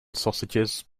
sausages